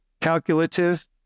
calculative